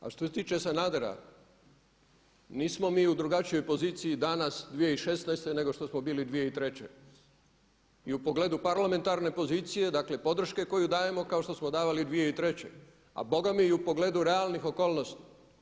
A što se tiče Sanadera nismo mi u drugačijoj poziciji danas 2016. nego što smo bili 2003. i u pogledu parlamentarne pozicije, dakle podrške koju dajemo kao što smo davali 2003. a bogami i u pogledu realnih okolnosti.